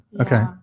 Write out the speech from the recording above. okay